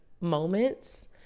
moments